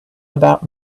about